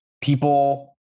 people